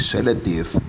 Selective